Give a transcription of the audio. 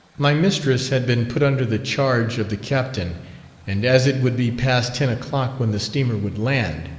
my mistress had been put under the charge of the captain and as it would be past ten o'clock when the steamer would land,